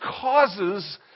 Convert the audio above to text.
causes